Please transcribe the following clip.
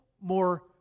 more